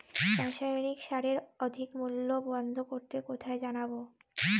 রাসায়নিক সারের অধিক মূল্য বন্ধ করতে কোথায় জানাবো?